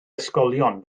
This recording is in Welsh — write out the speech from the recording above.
ysgolion